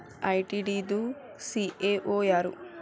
ITD ದು CEO ಯಾರು?